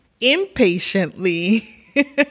impatiently